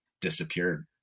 disappeared